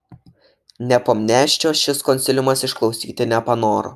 nepomniaščio šis konsiliumas išklausyti nepanoro